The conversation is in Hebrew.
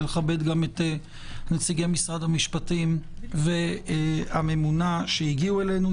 ולכבד גם את נציגי משרד המשפטים והממונה שהגיעו אלינו.